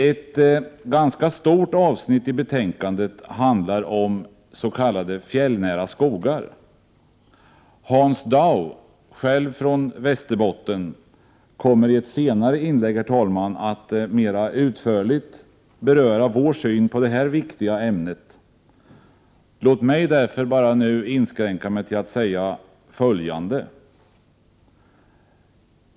Ett ganska stort avsnitt i betänkandet handlar om s.k. fjällnära skogar. Hans Dau, själv från Västerbotten, kommer i ett senare inlägg att mera utförligt beröra vår syn på detta viktiga ämne. Låt mig nu därför inskränka mig till att säga följande.